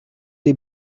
les